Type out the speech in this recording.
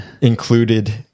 included